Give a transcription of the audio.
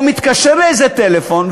או מתקשר לאיזה טלפון,